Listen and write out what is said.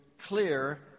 clear